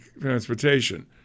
transportation